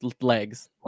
legs